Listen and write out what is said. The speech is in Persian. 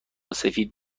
سفید